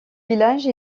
village